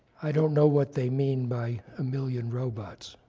i don't know what they mean by a million robots.